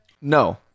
No